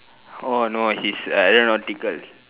oh no he's uh aeronautical